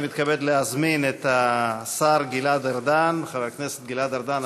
אני מתכבד להזמין את חבר הכנסת גלעד ארדן,